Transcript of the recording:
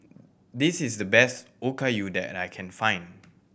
this is the best Okayu that I can find